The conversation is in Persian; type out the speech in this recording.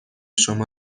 شما